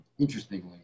interestingly